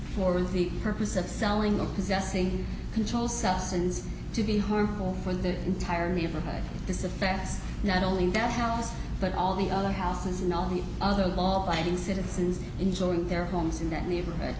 for the purpose of selling the possessing control substances to be harmful for the entire neighborhood this affects not only that house but all the other houses and all the other law abiding citizens enjoying their homes in that neighborhood